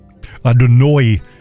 Adonoi